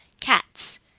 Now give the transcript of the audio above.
cats